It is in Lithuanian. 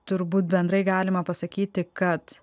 turbūt bendrai galima pasakyti kad